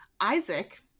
Isaac